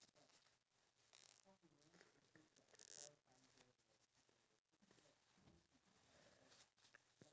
then so I plan to like vlog for day one and then when I reach the hotel I'm going to edit on the spot